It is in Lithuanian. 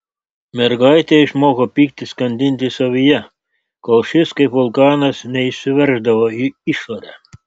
mergaitė išmoko pyktį skandinti savyje kol šis kaip vulkanas neišsiverždavo į išorę